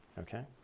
Okay